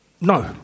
No